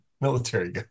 military